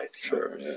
Sure